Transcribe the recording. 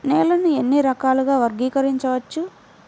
నేలని ఎన్ని రకాలుగా వర్గీకరించవచ్చు?